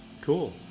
Cool